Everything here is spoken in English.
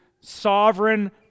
sovereign